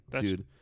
dude